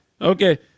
Okay